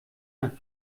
nach